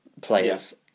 Players